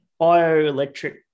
Bioelectric